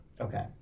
Okay